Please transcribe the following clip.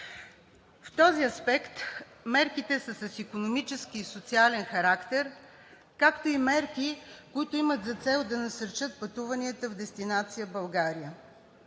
В този аспект мерките са с икономически и социален характер, както и мерки, които имат за цел да насърчат пътуванията в дестинация България.